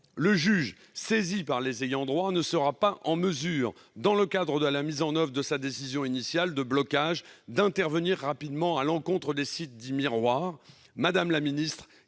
Le juge, saisi par les ayants droit, ne sera pas en mesure, dans le cadre de la mise en oeuvre de sa décision initiale de blocage, d'intervenir rapidement à l'encontre des sites dits « miroirs